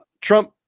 Trump